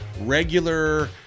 regular